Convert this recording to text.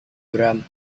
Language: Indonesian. gram